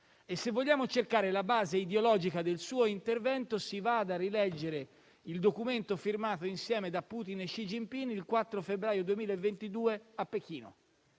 e se vogliamo cercare la base ideologica del suo intervento si vada a rileggere il documento firmato insieme da Putin e Xi Jinping il 4 febbraio 2022 a Pechino: